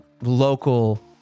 local